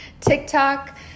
tiktok